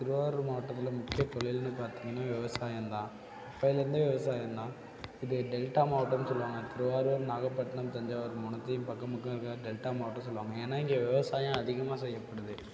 திருவாரூர் மாவட்டத்தில் முக்கியத்தொழிலுன்னு பார்த்திங்கன்னா விவசாயம்தான் அப்பைலேருந்தே விவசாயம்தான் இது டெல்டா மாவட்டமுன்னு சொல்வாங்க திருவாரூர் நாகப்பட்டினம் தஞ்சாவூர் இது மூணுத்தையும் பக்கம் பக்கம் இருக்கிறனால டெல்டா மாவட்டமுன்னு சொல்லுவாங்க ஏன்னால் இங்கே விவசாயம் அதிகமாக செய்யப்படுது